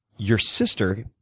your sister,